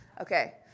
okay